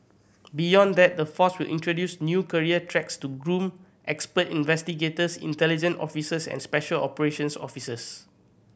beyond that the force will introduce new career tracks to groom expert investigators intelligent officers and special operations officers